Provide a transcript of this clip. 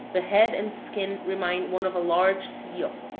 the head and skin remind one of a large seal.